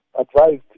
advised